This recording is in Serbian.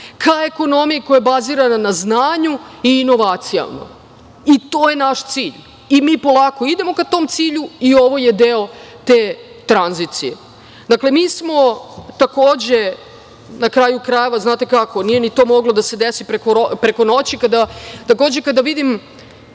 ka ekonomiji koja je bazirana na znanju i inovacijama. To je naš cilj i mi polako idemo ka tom cilju i ovo je deo te tranzicije. Na kraju krajeva, znate kako, nije ni to moglo da se desi preko noći. Takođe, kada vidim